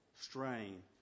strain